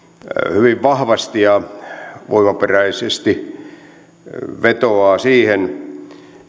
hyvin vahvasti ja voimaperäisesti vetoaa siihen